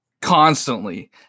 constantly